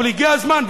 אבל הגיע הזמן,